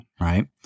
Right